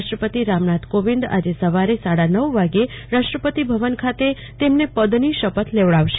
રાષ્ટ્રપતિ રામનાથ કોવિંદ આજે સવારે સાડા નવ વાગ્યે રાષ્ટ્રપતિ ભવન ખાતે તેમને પદની શપથ લેવડાવશે